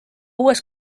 uues